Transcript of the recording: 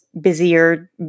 busier